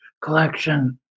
collection